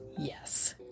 Yes